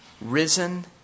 risen